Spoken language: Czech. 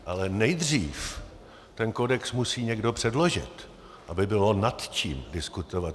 Ale nejdřív ten kodex musí někdo předložit, aby bylo nad čím diskutovat.